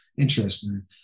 interesting